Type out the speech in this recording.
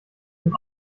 nun